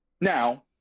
Now